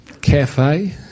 Cafe